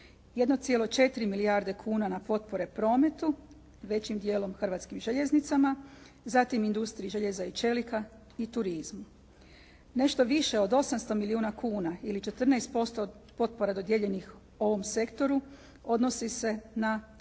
1,4 milijarde kuna na potpore prometu, većim dijelom Hrvatskim željeznicama, zatim industriji željeza i čelika i turizma. Nešto više od 800 milijuna kuna ili 14% od potpora dodijeljenih ovom sektoru odnosi se na